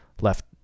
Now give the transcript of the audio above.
left